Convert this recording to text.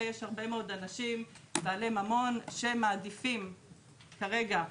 יש הרבה אנשים בעלי ממון שמעדיפים כרגע-